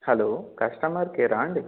hello customer కేరా అండి